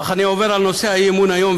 אך אני עובר על נושא האי-אמון היום,